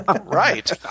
Right